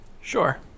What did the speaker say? sure